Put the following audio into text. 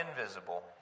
invisible